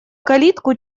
калитку